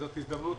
זאת גם הזדמנות